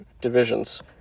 divisions